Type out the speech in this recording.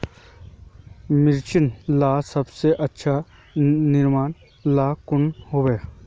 मिर्चन ला सबसे अच्छा निर्णय ला कुन होई?